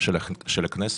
של הכנסת.